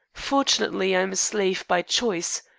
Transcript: fortunately, i am a slave by choice.